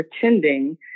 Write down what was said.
pretending